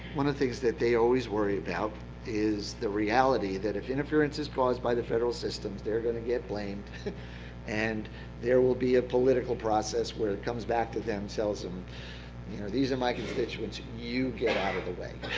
one of the things that they always worry about is the reality that if interference is caused by the federal systems, they're going to get blamed and there will be a political process where it comes back to them, tells them you know these are my constituents, you get out of the way.